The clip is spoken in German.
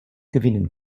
gewinnen